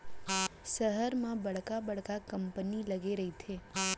सहर म बड़का बड़का कंपनी लगे रहिथे